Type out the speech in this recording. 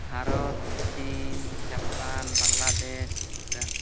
ᱵᱷᱟᱨᱚᱛ ᱪᱤᱱ ᱡᱟᱯᱟᱱ ᱵᱟᱝᱞᱟᱫᱮᱥ ᱵᱷᱩᱴᱟᱱ